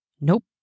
Nope